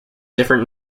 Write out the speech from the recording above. different